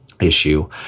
issue